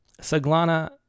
Saglana